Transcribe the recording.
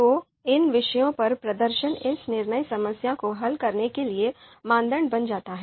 तो इन विषयों पर प्रदर्शन इस निर्णय समस्या को हल करने के लिए मानदंड बन जाता है